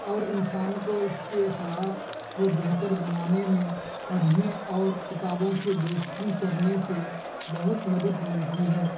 اور انسان کو اس کے اخلاق کو بہتر بنانے میں پڑھنے اور کتابوں سے دوستی کرنے سے بہت مدد ملتی ہے